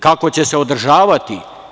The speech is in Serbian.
Kako će se održavati?